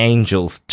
Angel's